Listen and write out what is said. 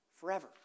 forever